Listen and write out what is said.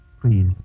Please